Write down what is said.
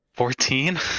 Fourteen